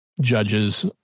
judges